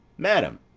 madam!